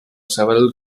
several